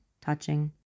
touching